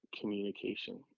communication